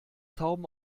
tauben